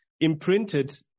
imprinted